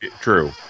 True